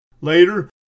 Later